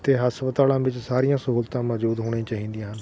ਅਤੇ ਹਸਪਤਾਲਾਂ ਵਿੱਚ ਸਾਰੀਆਂ ਸਹੂਲਤਾਂ ਮੌਜੂਦ ਹੋਣੀਆਂ ਚਾਹੀਦੀਆਂ ਹਨ